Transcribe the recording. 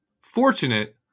Fortunate